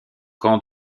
camp